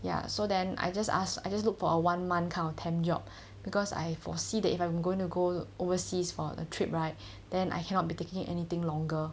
ya so then I just ask I just look for a one month temp job because I foresee that if I'm going to go overseas for the trip right then I cannot be taking anything longer